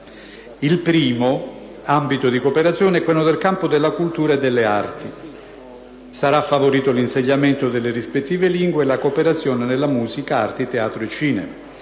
Il primo ambito di cooperazione è quello nel campo della cultura e delle arti. Sarà favorito l'insegnamento delle rispettive lingue e la cooperazione nella musica, nelle arti, nel teatro e nel cinema.